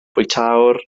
bwytäwr